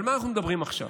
על מה אנחנו מדברים עכשיו?